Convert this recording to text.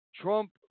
Trump